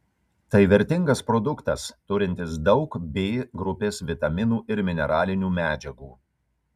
tai vertingas produktas turintis daug b grupės vitaminų ir mineralinių medžiagų